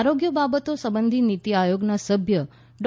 આરોગ્ય બાબતો સંબંધી નીતી આયોગના સભ્ય ડો